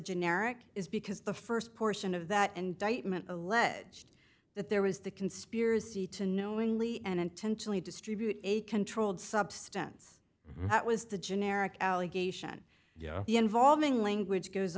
generic is because the st portion of that indictment alleged that there was the conspiracy to knowingly and intentionally distribute a controlled substance that was the generic allegation involving language goes